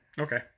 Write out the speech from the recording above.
Okay